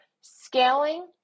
scaling